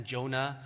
Jonah